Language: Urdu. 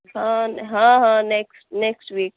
ہاں ہاں ہاں نیکسٹ نیکسٹ ویک